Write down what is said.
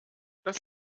dass